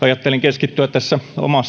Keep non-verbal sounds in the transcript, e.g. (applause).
(unintelligible) ajattelin keskittyä tässä omassa